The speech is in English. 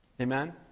Amen